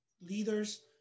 leaders